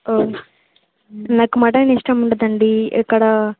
నాకు మటన్ ఇష్టం ఉండదండి ఇక్కడ